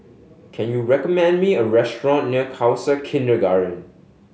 can you recommend me a restaurant near Khalsa Kindergarten